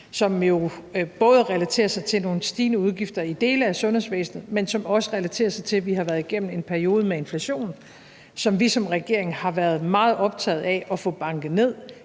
jo både relaterer sig til nogle stigende udgifter i dele af sundhedsvæsenet, men som også relaterer sig til, at vi har været igennem en periode med inflation, som vi som regering har været meget optaget af at få banket ned